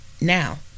now